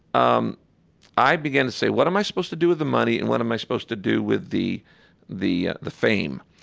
um i began to say, what am i supposed to do with the money, and what am i supposed to do with the the fame?